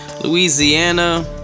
Louisiana